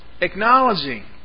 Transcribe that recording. acknowledging